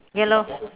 yellow